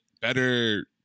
better